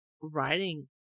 writing